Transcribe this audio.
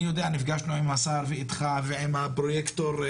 נפגשנו עם השר, אתך ועם הפרויקטור.